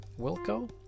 wilco